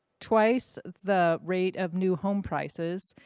twice the rate of new home prices,